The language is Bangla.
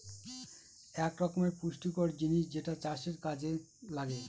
এক রকমের পুষ্টিকর জিনিস যেটা চাষের কাযে লাগে